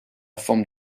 forme